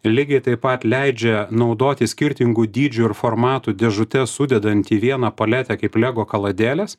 lygiai taip pat leidžia naudotis skirtingų dydžių ir formatų dėžute sudedant į vieną paletę kaip lego kaladėles